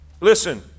Listen